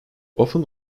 often